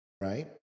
right